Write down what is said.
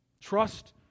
Trust